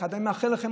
אני מאחל לכם,